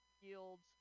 yields